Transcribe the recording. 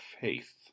faith